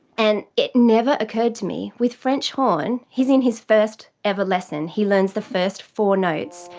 and it never occurred to me, with french horn, he's in his first ever lesson, he learns the first four notes,